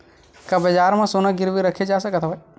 का बजार म सोना गिरवी रखे जा सकत हवय?